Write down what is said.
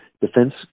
defense